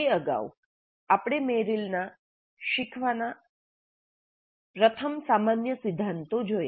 તે અગાઉ આપણે મેરિલના શીખવાના પ્રથમ સામાન્ય સિદ્ધાંતો જોયા